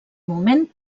moment